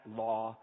law